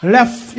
Left